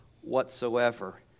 whatsoever